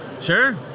Sure